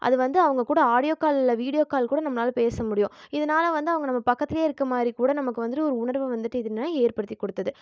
அது வந்து அவங்கக்கூட ஆடியோ கால் இல்லை வீடியோ கால் கூட நம்மளால் பேச முடியும் இதனால வந்து அவங்க நம்ம பக்கத்துலயே இருக்கமாதிரிக்கூட நமக்கு வந்துவிட்டு ஒரு உணர்வை வந்துவிட்டு இது என்னன்னா ஏற்படுத்தி கொடுத்துது